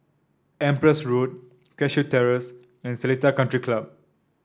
Empress Road Cashew Terrace and Seletar Country Club